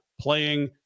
playing